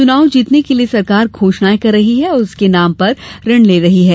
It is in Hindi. च्नाव जीतने के लिए सरकार घोषणाएं कर रही है और उसके नाम पर ऋण ले रही है